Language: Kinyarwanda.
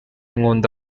nkunda